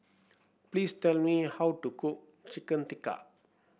please tell me how to cook Chicken Tikka